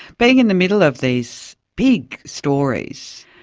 being in the middle of these big stories,